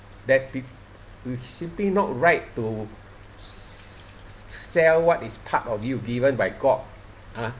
that pe~ simply not right to sell what is part of you given by god ah